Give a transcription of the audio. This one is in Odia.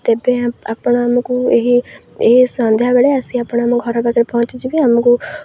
ତେବେ ଆପଣ ଆମକୁ ଏହି ଏହି ସନ୍ଧ୍ୟା ବେଳେ ଆସି ଆପଣ ଆମ ଘର ପାଖରେ ପହଞ୍ଚିଯିବେ ଆମକୁ